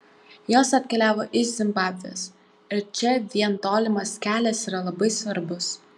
jos atkeliavo iš zimbabvės ir čia vien tolimas kelias yra labai svarbus